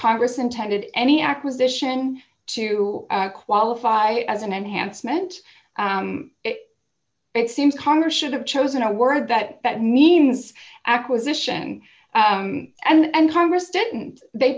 congress intended any acquisition to qualify as an enhancement it seems congress should have chosen a word that that means acquisition and congress didn't they